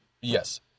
Yes